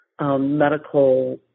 medical